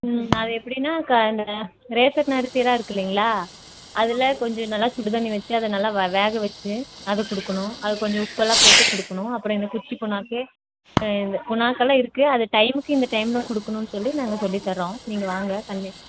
ம் அது எப்படின்னா க இந்த ரேஷன் அரிசி இருக்குல்லைங்களா அதில் கொஞ்சம் நல்லா சுடுதண்ணி வச்சு அதை நல்லா வேக வச்சு அதை கொடுக்கணும் அது கொஞ்சம் உப்பல்லாம் போட்டு கொடுக்கணும் அப்புறம் இந்த குச்சு புன்னாக்கே இந்த புன்னாக்கெல்லாம் இருக்குது அது டைமுக்கு இந்த டைமெலாம் கொடுக்கணுனு சொல்லி நாங்கள் சொல்லி தர்றோம் நீங்கள் வாங்க சண்டே